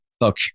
look